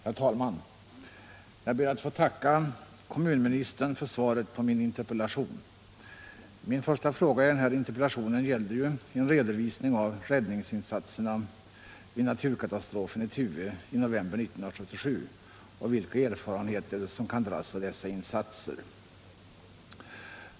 Herr talman! Jag ber att få tacka Johannes Antonsson för svaret på min interpellation. Min första fråga i den här interpellationen gällde en redovisning av räddningsinsatserna vid naturkatastrofen i Tuve i november 1977 och de erfarenheter som kan dras av dessa insatser.